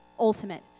ultimate